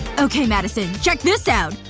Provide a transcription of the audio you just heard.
okay madison. check this out!